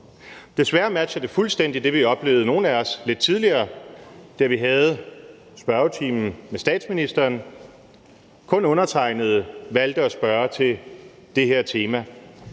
Desværre matcher det fuldstændig det, nogle af os oplevede lidt tidligere, da vi havde spørgetime med statsministeren: Kun undertegnede valgte at spørge til det her tema.